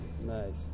Nice